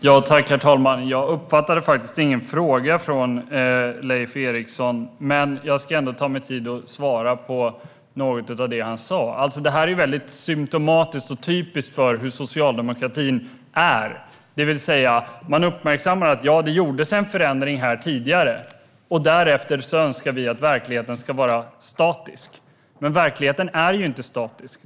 Herr talman! Jag uppfattade ingen fråga från Lars Eriksson, men jag ska ändå ta mig tid att svara på något av det han sa. Det här är väldigt symtomatiskt och typiskt för hurdan socialdemokratin är. Man uppmärksammar att det tidigare gjordes en förändring. Därefter önskar man att verkligheten ska vara statisk. Men verkligheten är ju inte statisk.